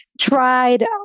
tried